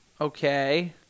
Okay